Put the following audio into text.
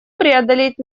преодолеть